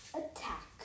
attack